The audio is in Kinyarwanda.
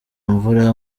mvura